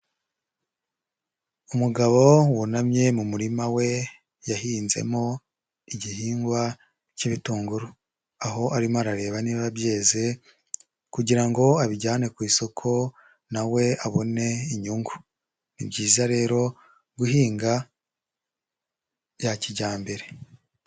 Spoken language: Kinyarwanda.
Umugabo wunamye mu murima we yahinzemo igihingwa k'ibitunguru, aho arimo arareba niba byeze kugira ngo abijyane ku isoko na we abone inyungu, ni byiza rero guhinga bya kijyambere.